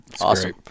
awesome